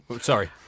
Sorry